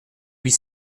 huit